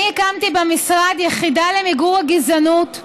אני הקמתי במשרד יחידה למיגור הגזענות,